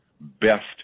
best